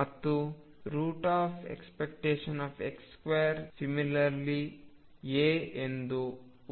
ಮತ್ತು ⟨x2⟩∼a ಎಂದು